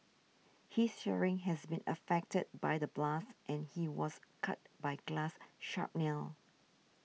his hearing has been affected by the blast and he was cut by glass shrapnel